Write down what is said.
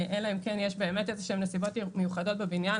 אלא אם כן יש באמת איזשהן נסיבות מיוחדות בבניין.